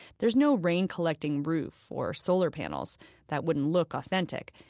there's no rain-collecting roof or solar panels that wouldn't look authentic.